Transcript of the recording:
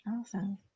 Awesome